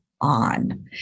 on